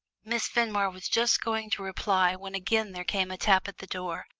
miss fenmore was just going to reply when again there came a tap at the door,